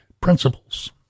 principles